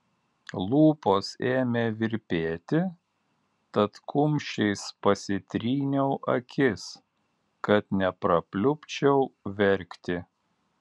lūpos ėmė virpėti tad kumščiais pasitryniau akis kad neprapliupčiau verkti